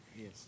Yes